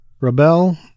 rebel